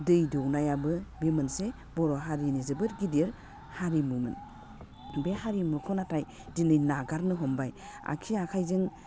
दै दौनायाबो बि मोनसे बर' हारिनि जोबोर गिदिर हारिमुमोन बे हारिमुखौ नाथाय दिनै नागारनो हमबाय आग्सि आखाइजों